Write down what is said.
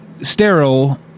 sterile